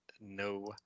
No